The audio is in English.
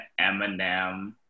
Eminem